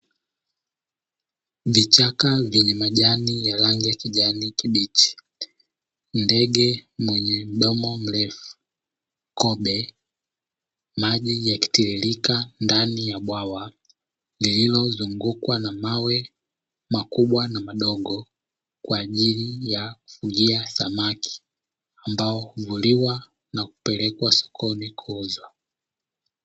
Vichaka vyenye majani ya rangi ya kijani kibichi, ndege mwenye mdomo mrefu, kobe, maji yakitiririka ndani ya bwawa lililozungukwa na mawe makubwa na madogo, kwa ajili ya kufugia samaki ambao huliwa na kupelekwa sokoni kuuzwa.